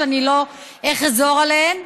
שאני לא אחזור עליהן.